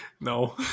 No